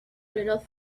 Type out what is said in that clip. little